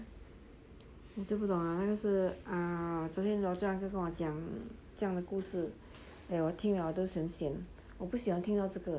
就不懂 lah 那个是昨天 dawson 跟我讲这样的故事 !aiya! 我听了都很 sian 我不喜欢听到这个